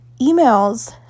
emails